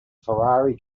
ferrari